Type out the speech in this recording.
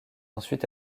ensuite